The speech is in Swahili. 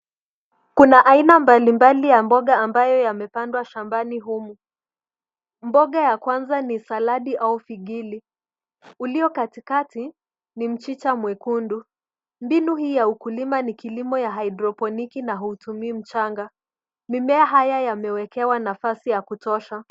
Kuna aina mbalimbali ya mboga ambayo yamepandwa shambani humu. Mboga ya kwanza ni saladi au figili. Ulio katikati, ni mchicha mwekundu. Mbinu hii ya ukulima ni kilimo ya hydroponiki na hutumii mchanga. Mimea haya yamewekewa nafasi ya kutosha.